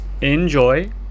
Enjoy